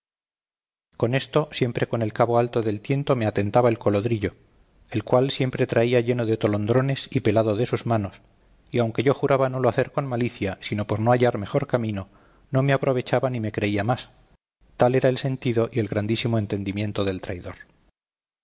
con esto siempre con el cabo alto del tiento me atentaba el colodrillo el cual siempre traía lleno de tolondrones y pelado de sus manos y aunque yo juraba no lo hacer con malicia sino por no hallar mejor camino no me aprovechaba ni me creía más tal era el sentido y el grandísimo entendimiento del traidor